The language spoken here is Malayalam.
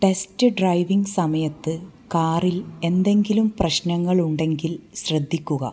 ടെസ്റ്റ് ഡ്രൈവിംഗ് സമയത്ത് കാറിൽ എന്തെങ്കിലും പ്രശ്നങ്ങളുണ്ടെങ്കിൽ ശ്രദ്ധിക്കുക